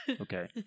Okay